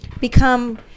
become